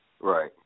Right